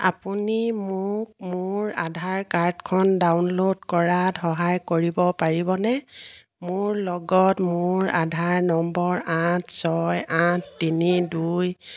আপুনি মোক মোৰ আধাৰ কাৰ্ডখন ডাউনল'ড কৰাত সহায় কৰিব পাৰিবনে মোৰ লগত মোৰ আধাৰ নম্বৰ আঠ ছয় আঠ তিনি দুই